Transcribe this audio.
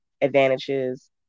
advantages